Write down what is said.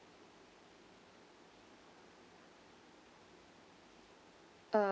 uh